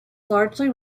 largely